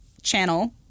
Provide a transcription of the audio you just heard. channel